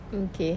okay